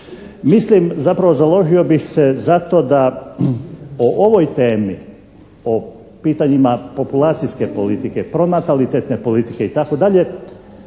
Mislim, zapravo založio bih se zato da o ovoj temi, o pitanjima populacijske politike, pronatalitetne politike, itd.,